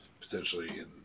potentially